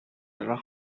relaja